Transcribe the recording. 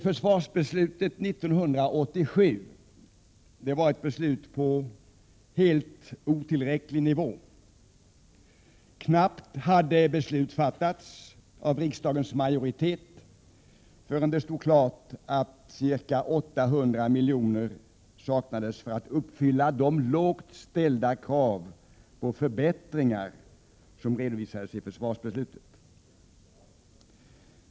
Försvarsbeslutet 1987 var ett beslut på helt otillräcklig nivå. Knappt hade beslut fattats av riksdagens majoritet förrän det stod klart att ca 800 milj.kr. saknades för att uppfylla de lågt ställda krav på förbättringar som redovisades i försvarsbeslutet.